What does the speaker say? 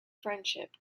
friendship